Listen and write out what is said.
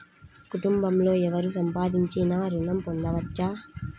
కుటుంబంలో ఎవరు సంపాదించినా ఋణం పొందవచ్చా?